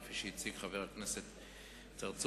כפי שהציג חבר הכנסת צרצור,